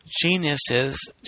geniuses